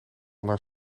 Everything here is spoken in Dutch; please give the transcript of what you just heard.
naar